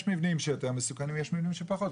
יש מבנים שיותר מסוכנים, יש מבנים שפחות.